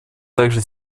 также